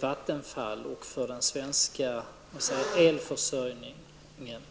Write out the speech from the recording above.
Vattenfall och den svenska elförsörjningen.